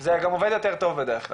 זה גם עובד יותר טוב בדרך כלל.